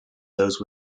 those